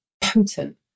potent